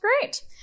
great